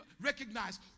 recognize